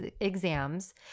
exams